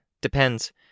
Depends